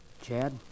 Chad